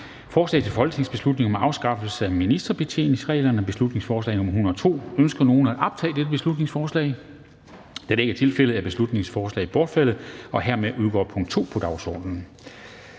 Forslag til folketingsbeslutning om afskaffelse af ministerbetjeningsreglen. (Beslutningsforslag nr. B 102). Ønsker nogen at optage dette beslutningsforslag? Da det ikke er tilfældet, er beslutningsforslaget bortfaldet, og hermed udgår punkt 2 på dagsordenen.